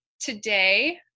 today